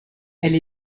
elle